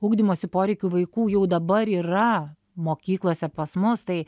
ugdymosi poreikių vaikų jau dabar yra mokyklose pas mus tai